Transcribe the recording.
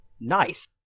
Nice